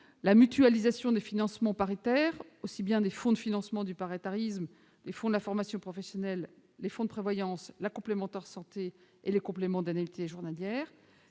la mutualisation des financements paritaires, qu'il s'agisse du fonds de financement du paritarisme, des fonds d'information professionnels, des fonds de prévoyance, de la complémentaire santé et des compléments d'indemnité journalière.